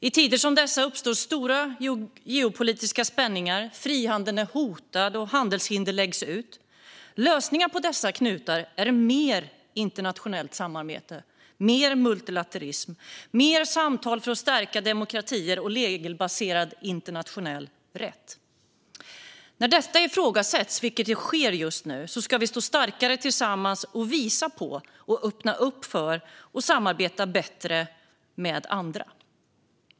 I tider som dessa uppstår stora geopolitiska spänningar. Frihandeln är hotad, och handelshinder läggs ut. Lösningar på dessa knutar är mer internationellt samarbete, mer multilaterism, mer samtal för att stärka demokratier och regelbaserad internationell rätt. När detta ifrågasätts, vilket just nu sker, ska vi stå starkare tillsammans och visa på och öppna för att samarbeta bättre med andra.